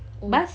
oh